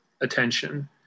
attention